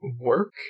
work